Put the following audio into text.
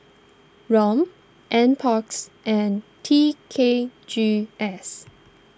Rom NParks and T K G S